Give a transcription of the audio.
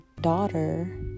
daughter